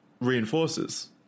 reinforces